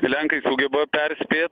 lenkai sugeba perspėt